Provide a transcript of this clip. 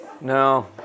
No